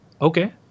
okay